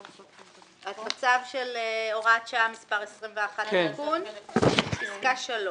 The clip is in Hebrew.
את בצו של הוראת שעה מספר 21. פסקה (3).